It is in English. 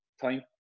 time